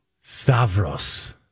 Stavros